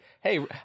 Hey